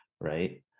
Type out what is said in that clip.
Right